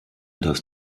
dass